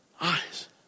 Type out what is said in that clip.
eyes